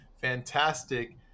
fantastic